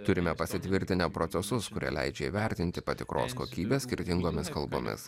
turime pasitvirtinę procesus kurie leidžia įvertinti patikros kokybę skirtingomis kalbomis